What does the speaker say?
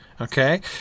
Okay